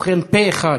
ובכן, פה-אחד,